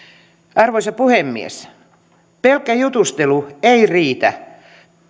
arvoisa puhemies pelkkä jutustelu ei riitä